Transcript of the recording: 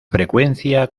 frecuencia